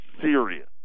serious